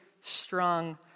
strong